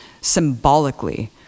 symbolically